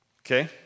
Okay